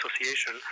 Association